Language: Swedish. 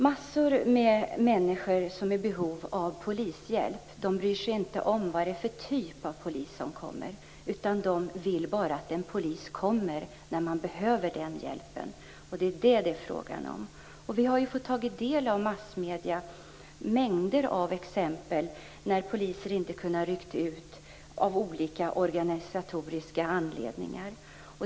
Många människor som är i behov av polishjälp bryr sig inte om vad det är för typ av polis som kommer, utan de vill bara att det kommer en polis när de behöver den hjälpen. Det är detta det är fråga om. Vi har genom massmedier fått ta del av mängder av exempel på att poliser inte kunnat rycka ut av olika organisatoriska anledningar.